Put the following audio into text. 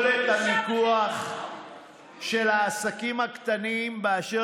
יכולת המיקוח של העסקים הקטנים באשר